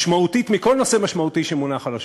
משמעותית מכל נושא משמעותי שמונח על השולחן.